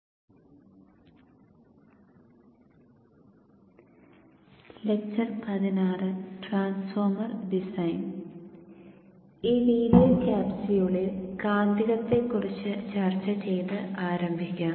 ഈ വീഡിയോ ക്യാപ്സ്യൂളിൽ കാന്തികത്തെക്കുറിച്ചു ചർച്ച ചയ്തു ആരംഭിക്കാം